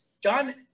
John